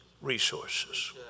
resources